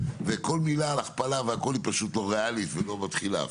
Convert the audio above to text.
וכל מילה על הכפלה והכל היא פשוט לא ריאלית ולא מתחילה אפילו.